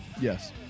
Yes